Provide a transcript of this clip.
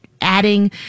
adding